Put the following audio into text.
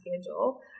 schedule